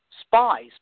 spies